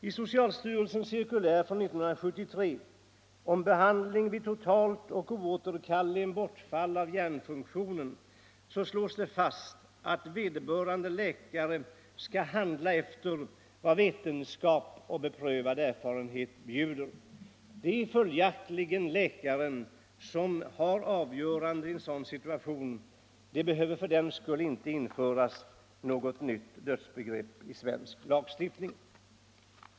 I socialstyrelsens cirkulär från 1973 om behandling vid totalt och oåterkalleligt bortfall av hjärnfunktionen slås det fast att vederbörande läkare skall handla efter vad vetenskap och beprövad erfarenhet bjuder. Det är följaktligen läkaren som har avgörandet i en sådan situation. Det behöver för den skull inte införas något nytt dödsbegrepp i svensk lagstiftning.